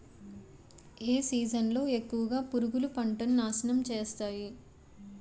ఏ season లో ఎక్కువుగా పురుగులు పంటను నాశనం చేస్తాయి?